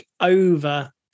over